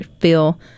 feel